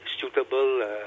suitable